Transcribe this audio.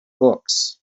books